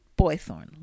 boythorn